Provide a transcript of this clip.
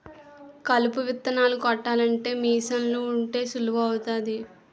కలుపు విత్తనాలు కొట్టాలంటే మీసన్లు ఉంటే సులువు అవుతాది